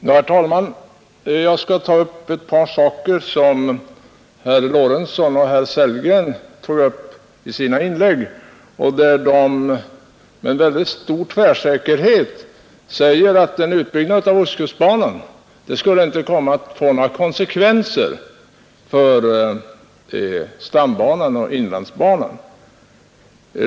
Herr talman! Herr Lorentzon och herr Sellgren sade med stor tvärsäkerhet att en utbyggnad av ostkustbanan inte skulle få några konsekvenser för stambanan och inlandsbanan.